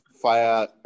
fire